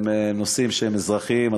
הם נושאים שהם אזרחיים,